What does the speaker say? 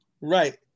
right